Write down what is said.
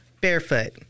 barefoot